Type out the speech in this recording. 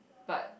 but